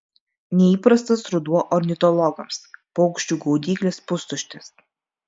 neįprastas ruduo ornitologams paukščių gaudyklės pustuštės